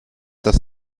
dass